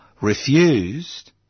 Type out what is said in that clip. refused